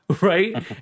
right